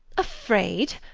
afraid!